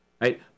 right